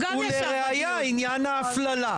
אז למה אין פה קריטריונים?